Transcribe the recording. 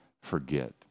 forget